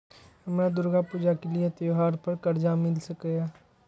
हमरा दुर्गा पूजा के लिए त्योहार पर कर्जा मिल सकय?